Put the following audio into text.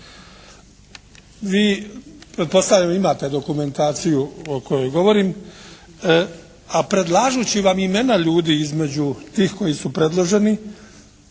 Vi pretpostavljam imate dokumentaciju o kojoj govorim, a predlažući vam imena ljudi između tih koji su predloženi